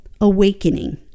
Awakening